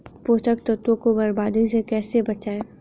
पोषक तत्वों को बर्बादी से कैसे बचाएं?